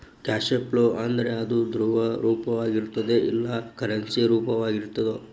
Cash flow ಅಂದ್ರೇನು? ಅದು ದ್ರವ ರೂಪ್ದಾಗಿರ್ತದೊ ಇಲ್ಲಾ ಕರೆನ್ಸಿ ರೂಪ್ದಾಗಿರ್ತದೊ?